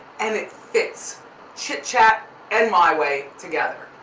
and it fits chit chat and my way together.